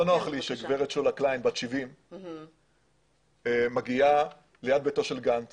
לא נוח שגברת שולה קליין בת 70 מגיעה ליד ביתו של גנץ